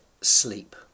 sleep